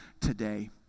today